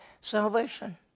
salvation